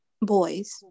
boys